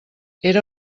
era